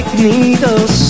Needles